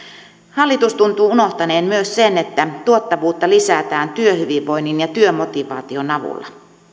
hallitus tuntuu unohtaneen myös sen että tuottavuutta lisätään työhyvinvoinnin ja työmotivaation avulla